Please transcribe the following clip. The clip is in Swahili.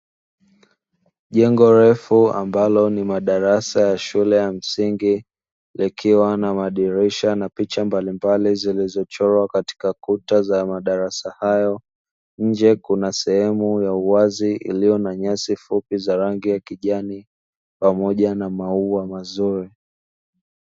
Jengo refu ambalo ni madarasa ya shule ya msingi likiwa na madirisha na picha mbalimbali zilizochorwa katika kuta za madarasa hayo, nje kuna sehemu ya uwazi iliyo na nyasi fupi za rangi ya kijani pamoja na maua mazuri.